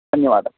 धन्यवादः